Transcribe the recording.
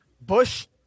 Bush